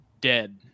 dead